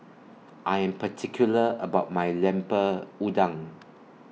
I Am particular about My Lemper Udang